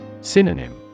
Synonym